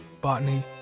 botany